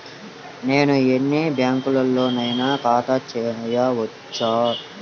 నేను ఎన్ని బ్యాంకులలోనైనా ఖాతా చేయవచ్చా?